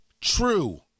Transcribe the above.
true